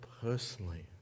personally